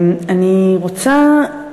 אני רוצה,